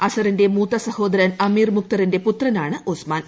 അസറിന്റെ മൂത്ത സഹോദരൻ അമീർ മുക്തറിന്റെ പുത്രനാണ് ഉസ്മാൻ